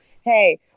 hey